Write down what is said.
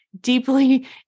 deeply